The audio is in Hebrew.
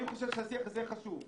אני חושב שהשיח הזה חשוב.